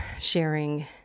sharing